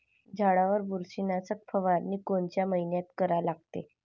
झाडावर बुरशीनाशक फवारनी कोनच्या मइन्यात करा लागते?